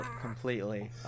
completely